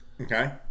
Okay